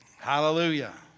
Hallelujah